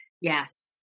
Yes